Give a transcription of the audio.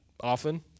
often